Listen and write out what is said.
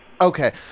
Okay